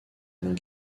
alain